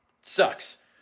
sucks